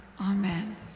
Amen